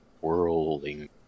whirling